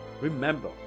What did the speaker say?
Remember